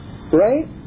Right